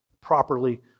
properly